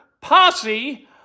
posse